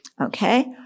Okay